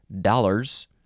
dollars